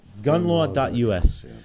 Gunlaw.us